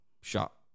shot